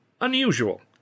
unusual